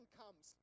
comes